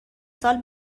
سال